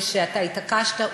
ושאתה התעקשת,